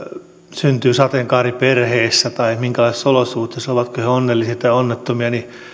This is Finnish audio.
syntyy sateenkaariperheissä tai minkälaisissa olosuhteissa ovatko he onnellisia tai onnettomia niin